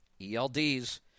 ELDs